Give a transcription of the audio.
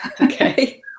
okay